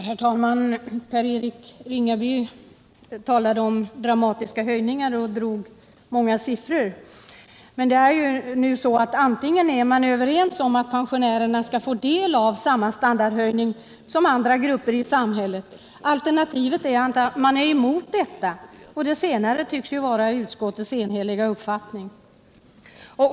Herr talman! Per-Eric Ringaby talade om dramatiska höjningar och anförde många siffror för att belysa detta. Men det finns bara två alternativ: antingen är man för att pensionärerna skall få samma standardhöjning som andra grupper i samhället eller så är man emot detta. Det senare tycks vara utskottets enhälliga uppfattning.